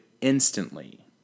instantly